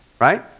Right